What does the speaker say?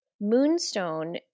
Moonstone